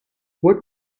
what